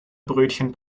brötchen